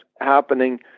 happening